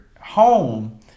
home